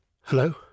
Hello